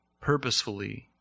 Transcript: purposefully